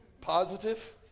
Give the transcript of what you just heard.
positive